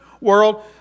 world